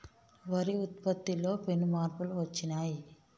వరి ఉత్పత్తిలో పెను మార్పులు వచ్చినాయ్